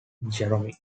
jerome